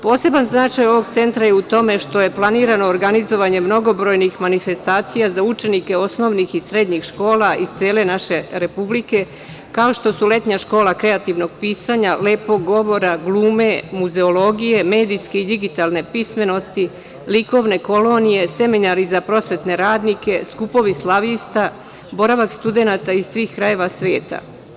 Poseban značaj ovog centra je u tome što je planirano organizovanje mnogobrojnih manifestacija za učenike osnovnih i srednjih škola iz cele naše Republike, kao što su letnja škola kreativnog pisanja, lepog govora, glume, muzeologije, medijske i digitalne pismenosti, likovne kolonije, semenari za prosvetne radnike, skupovi slavista, boravak studenata iz svih krajeva sveta.